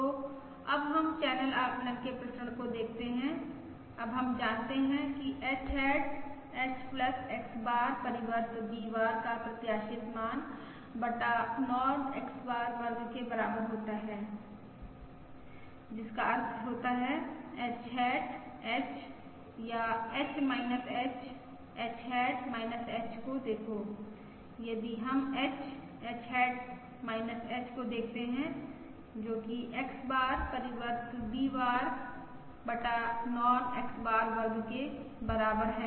तो अब हम चैनल आकलन के प्रसरण को देखते हैं अब हम जानते हैं कि H hat H X bar परिवर्त V बार का प्रत्याशित मान बटा नॉर्म X बार वर्ग के बराबर होता है जिसका अर्थ होता है H हैट H या H H h hat h को देखो यदि हम H H हैट H को देखते है जोकि X बार परिवर्त V बार बटा नॉर्म X बार वर्ग के बराबर है